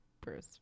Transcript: Bruce